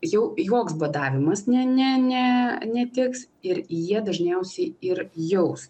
jau joks badavimas ne ne ne netiks jie dažniausiai ir jaus